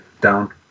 down